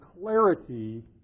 clarity